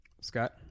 Scott